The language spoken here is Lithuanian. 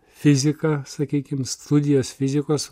fiziką sakykim studijas fizikos